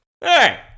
hey